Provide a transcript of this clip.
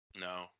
No